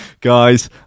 guys